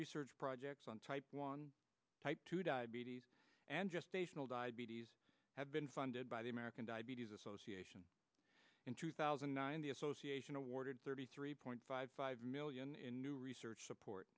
research projects on type one type two diabetes and just a final diabetes have been funded by the american diabetes association in two thousand and nine the association awarded thirty three point five five million in new research support